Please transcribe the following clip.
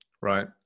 right